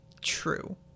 True